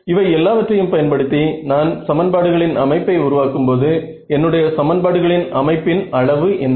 இவை எல்லாவற்றையும் பயன்படுத்தி நான் சமன்பாடுகளின் அமைப்பை உருவாக்கும்போது என்னுடைய சமன்பாடுகளின் அமைப்பின் அளவு என்ன